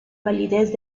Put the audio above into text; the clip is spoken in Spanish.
validez